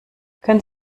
können